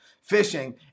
fishing